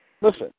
Listen